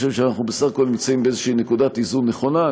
אני חושב שבסך הכול אנחנו נמצאים באיזו נקודת איזון נכונה.